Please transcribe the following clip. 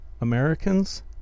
Americans